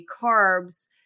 carbs